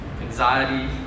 anxiety